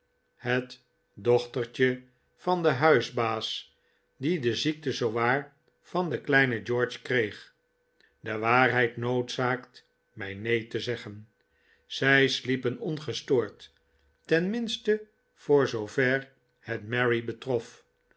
het dochtertje van den huisbaas die de ziekte zoowaar van den kleinen george kreeg de waarheid noodzaakt mij neen te zeggen zij sliepen ongestoord ten minste voor zoover het mary betrof